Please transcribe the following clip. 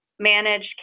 managed